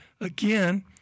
Again